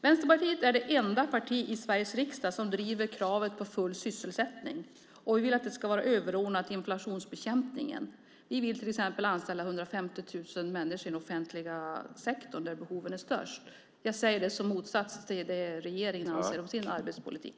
Vänsterpartiet är det enda parti i Sveriges riksdag som driver kravet på full sysselsättning, och vi vill att det ska vara överordnat inflationsbekämpningen. Vi vill till exempel anställa 150 000 människor i den offentliga sektorn där behoven är störst. Det säger jag i motsats till det som regeringen sett till i sin arbetspolitik.